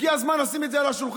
הגיע הזמן לשים את זה על השולחן.